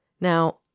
Now